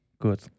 Good